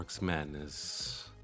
Madness